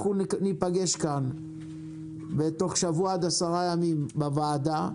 אנחנו ניפגש כאן בתוך שבוע עד 10 ימים בוועדה,